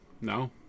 No